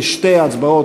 בשתי הצבעות,